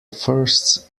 firsts